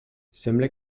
sembla